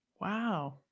Wow